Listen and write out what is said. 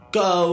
go